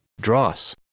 dross